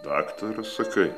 daktaras sakai